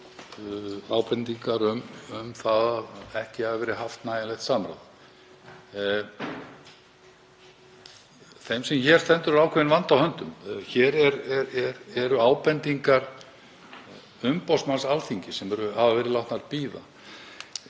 ábendingu um að ekki hafi verið haft nægilegt samráð. Þeim sem hér stendur er ákveðinn vandi á höndum. Hér eru ábendingar umboðsmanns Alþingis sem hafa verið látnar bíða.